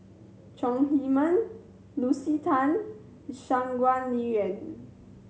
Chong Heman Lucy Tan Shangguan